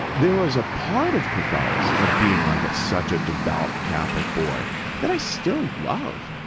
there is a part of catholic, of being like such a devout catholic boy that i still love.